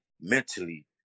mentally